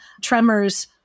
tremors